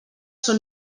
són